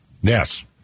Yes